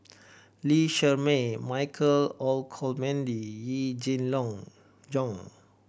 Lee Shermay Michael Olcomendy Yee Jenn long Jong